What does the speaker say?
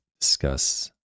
discuss